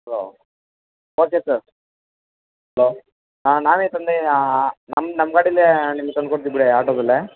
hello okay sir hello ಹಾಂ ನಾವೇ ತಂದು ನಮ್ಮ ನಮ್ಮ ಗಾಡಿಲೇ ನಿಮ್ಗೆ ತಂದು ಕೊಡ್ತಿವಿ ಬಿಡಿ ಆಟೋದಲ್ಲೇ